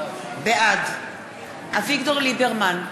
בעד אביגדור ליברמן,